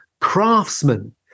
craftsmen